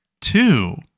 Two